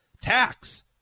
tax